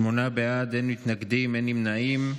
שמונה בעד, אין מתנגדים, אין נמנעים.